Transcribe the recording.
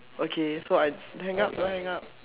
okay so I hang up do I hang up